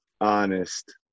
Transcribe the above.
honest